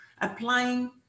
Applying